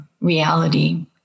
reality